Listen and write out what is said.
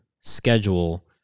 schedule